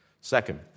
Second